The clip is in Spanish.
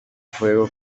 fuego